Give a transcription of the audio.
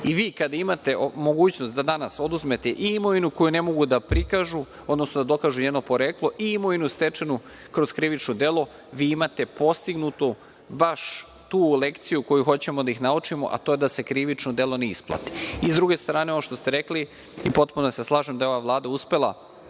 I vi kada imate mogućnost da danas oduzmete i imovinu koju ne mogu da prikažu, odnosno da dokažu njeno poreklo i imovinu stečenu kroz krivično delo, vi imate postignutu baš tu lekciju koju hoćemo da ih naučimo, a to je da se krivično delo ne isplati.S druge strane, ovo što ste rekli, i potpuno se slažem, da je ova Vlada uspela